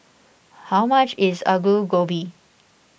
how much is Aloo Gobi